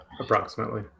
approximately